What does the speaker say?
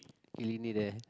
he really there